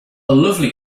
lovely